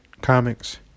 comics